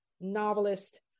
novelist